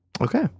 okay